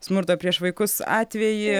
smurto prieš vaikus atvejį